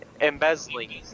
embezzling